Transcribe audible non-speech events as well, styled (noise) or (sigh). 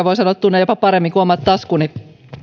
(unintelligible) voin sanoa että tunnen sen jopa paremmin kuin omat taskuni